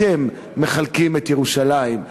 אתם מחלקים את ירושלים.